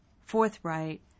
forthright